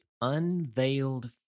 unveiled